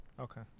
okay